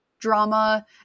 drama